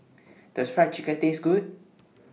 Does Fried Chicken Taste Good